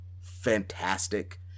fantastic